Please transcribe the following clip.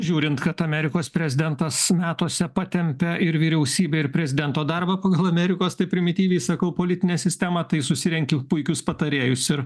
žiūrint kad amerikos prezidentas metuose patempia ir vyriausybę ir prezidento darbą pagal amerikos taip primityviai sakau politinę sistemą tai susirenki puikius patarėjus ir